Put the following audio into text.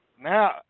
Now